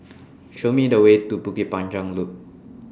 Show Me The Way to Bukit Panjang Loop